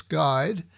guide